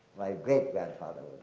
my great-grandfather